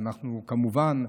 ואנחנו כמובן,